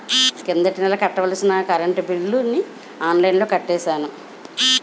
కిందటి నెల కట్టాల్సిన కరెంట్ బిల్లుని ఆన్లైన్లో కట్టేశాను